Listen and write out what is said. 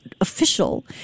official